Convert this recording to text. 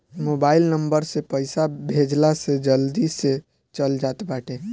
mobile number से पईसा भेजला से जल्दी से चल जात बाटे